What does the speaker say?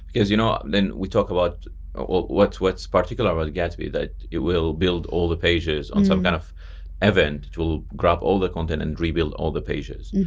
because you know then we talk about well what's what's particular about gatsby that it will build all the pages on some kind of event to grab all the content and rebuild all the pages?